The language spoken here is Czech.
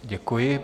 Děkuji.